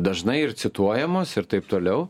dažnai ir cituojamos ir taip toliau